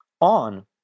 On